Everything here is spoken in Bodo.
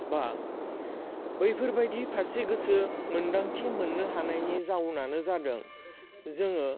बा बैफोरबादि फारसे गोसो मोनदांथि मोननो हानायनि जाउनानै जादों जोङो